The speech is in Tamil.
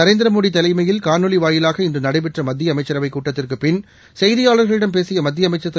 நரேந்திரமோடி தலைமையில் காணொலி வாயிவாக இன்று நடைபெற்ற மத்திய அமைச்சரவைக் கூட்டத்திற்கு பின் செய்தியாள்களிடம் பேசிய மத்திய அமைச்சர் திரு